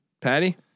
Patty